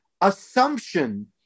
assumption